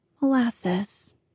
molasses